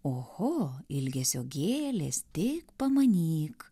oho ilgesio gėlės tik pamanyk